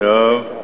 טוב.